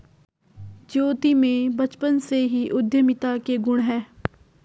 ज्योति में बचपन से ही उद्यमिता के गुण है